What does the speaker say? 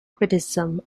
criticism